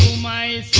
my